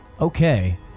Okay